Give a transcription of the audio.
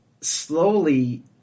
slowly